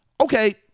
okay